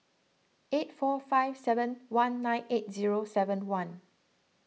eight four five seven one nine eight zero seven one